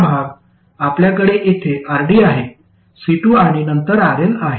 हा भाग आपल्याकडे येथे RD आहे C2 आणि नंतर RL आहे